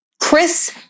Chris